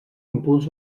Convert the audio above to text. impuls